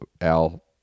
Al